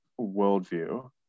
worldview